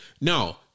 No